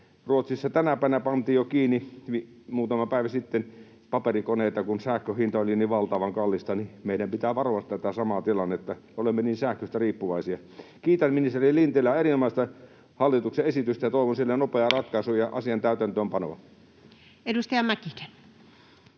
Ruotsissa jo pantiin muutama päivä sitten kiinni paperikoneita, kun sähkön hinta oli niin valtavan kallista, ja meidän pitää varoa tätä samaa tilannetta. Olemme niin sähköstä riippuvaisia. Kiitän ministeri Lintilää, erinomaista hallituksen esitystä, ja toivon sille nopeaa ratkaisua ja asian täytäntöönpanoa. [Speech